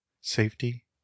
safety